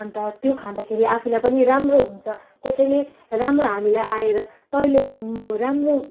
अन्त त्यो खाँदाखेरि आफैलाई पनि राम्रो हुन्छ कसैले राम्रो हामीलाई आएर तैँले राम्रो